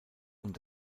und